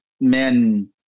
men